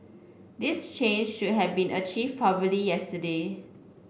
this change should have been achieved probably yesterday